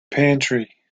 pantry